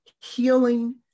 healing